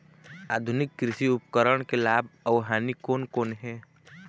आधुनिक कृषि उपकरण के लाभ अऊ हानि कोन कोन हे?